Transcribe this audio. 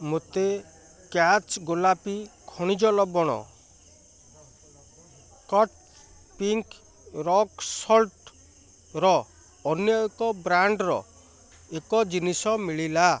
ମୋତେ କ୍ୟାଚ୍ ଗୋଲାପୀ ଖଣିଜ ଲବଣ କଟ୍ ପିଙ୍କ୍ ରକ୍ ସଲଟ୍ର ଅନ୍ୟ ଏକ ବ୍ରାଣ୍ଡ୍ର ଏକ ଜିନିଷ ମିଳିଲା